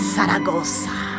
Saragossa